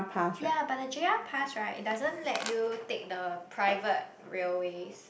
ya but the J_R pass right it doesn't let you take the private railways